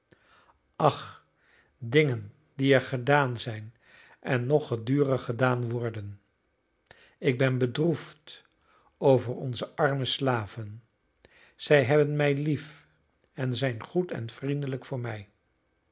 ach dingen die er gedaan zijn en nog gedurig gedaan worden ik ben bedroefd over onze arme slaven zij hebben mij lief en zijn goed en vriendelijk voor mij